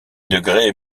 degrés